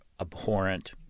abhorrent